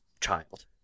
child